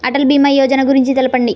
అటల్ భీమా యోజన గురించి తెలుపండి?